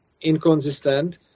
inconsistent